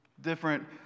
different